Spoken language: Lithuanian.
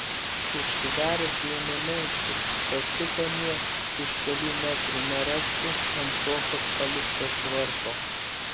užsidaręs ėmė melstis kad tik anie už kelių metrų nerastų ant sofos palikto švarko